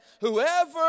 whoever